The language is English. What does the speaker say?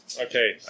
Okay